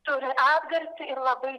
turi atgarsį ir labai